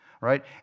right